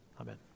amen